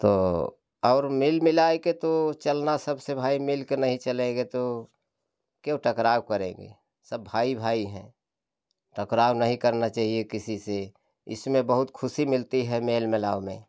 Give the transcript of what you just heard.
तो और मिल मिला के तो चलना सबसे भाई मिल के नहीं चलेगा तो क्यों टकराव करें सब भाई भाई हैं टकराव नहीं करना चाहिए किसी से इसमें बहुत खुशी मिलती है मेल मिलाओ में